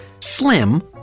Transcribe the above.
slim